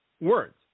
words